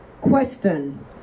Question